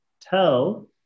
tell